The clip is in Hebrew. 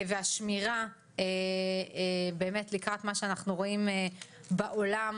והשמירה לקראת מה שאנחנו רואים בעולם,